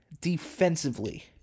defensively